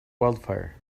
wildfire